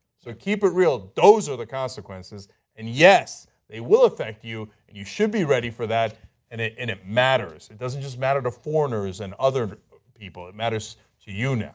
so keep it real. those are the consequences and yes it will affect you. you should be ready for that and it and it matters. it doesn't just matter to foreigners and other people. it matters to you know